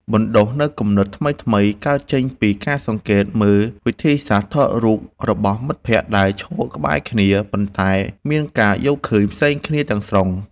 បណ្តុះនូវគំនិតថ្មីៗកើតចេញពីការសង្កេតមើលវិធីសាស្ត្រថតរូបរបស់មិត្តភក្តិដែលឈរក្បែរគ្នា ប៉ុន្តែ មានការយល់ឃើញផ្សេងគ្នាទាំងស្រុង។